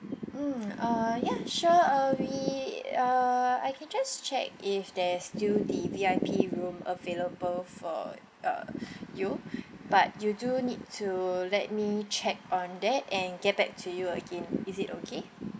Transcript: mm uh ya sure uh we uh I can just check if there's still the V_I_P room available for uh you but you do need to let me check on that and get back to you again is it okay